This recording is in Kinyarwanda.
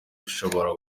bishobora